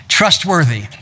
trustworthy